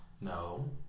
No